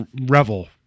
revel